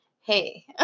hey